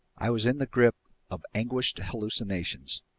i was in the grip of anguished hallucinations.